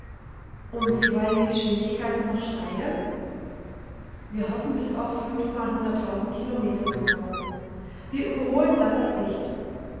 und sie wollen die geschwindigkeiten noch steigern wir hoffen bis auf fünf mal hunderttausend kilometer zu kommen wir überholen dann das licht